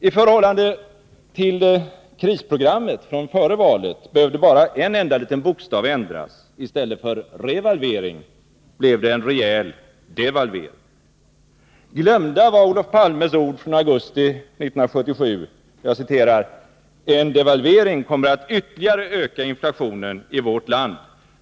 I förhållande till krisprogrammet från före valet behövde bara en enda liten bokstav ändras — i stället för revalvering blev det en rejäl devalvering. Glömda var Olof Palmes ord från augusti 1977: ”En devalvering kommer att ytterligare öka inflationen i vårt land.